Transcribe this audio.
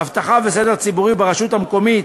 אבטחה וסדר ציבורי ברשות מקומית)